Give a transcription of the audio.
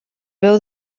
veu